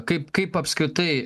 kaip kaip apskritai